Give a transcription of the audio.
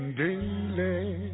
daily